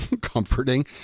comforting